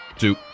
two